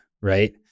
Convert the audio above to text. right